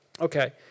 Okay